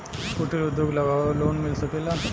कुटिर उद्योग लगवेला लोन मिल सकेला?